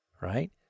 Right